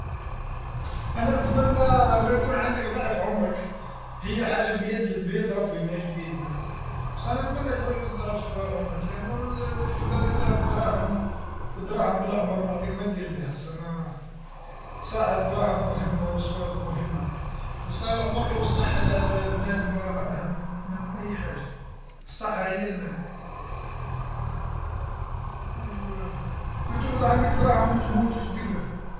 انا نتمنى أنه يكون عندك ضعف عمرك، هي حاجة بيد بيد ربي ماهيش بيدنا، بصح أنا نتمنى يكون ضعف عمرك لأنه كي تعود عندك ضعف الدراهم والدراهم بالعمر ما عندك ما دير بها، يسما صح الدراهم مهمة وصوارد مهمة. بصح العمر والصحة تاع بنادم راه أهم من أي حاجة، الصحة هي المال، كي تعود عندك دراهم وتموت ولش دير بيها؟